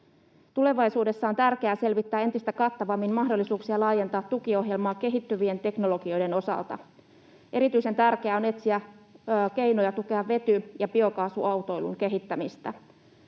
Tulevaisuudessa on tärkeää selvittää entistä kattavammin mahdollisuuksia laajentaa tukiohjelmaa kehittyvien teknologioiden osalta. Erityisen tärkeää on etsiä keinoja tukea vety- ja biokaasuautoilun kehittämistä.